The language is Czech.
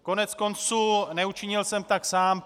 Koneckonců, neučinil jsem tak sám.